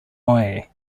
way